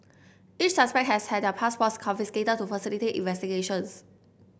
each suspect has had their passports confiscated to facilitate investigations